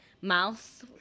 mouse